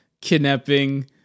Kidnapping